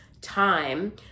time